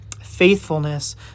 faithfulness